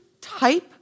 type